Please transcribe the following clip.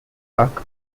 park